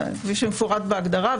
כפי שמפורט בהגדרה,